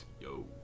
Yo